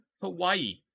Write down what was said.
Hawaii